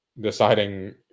deciding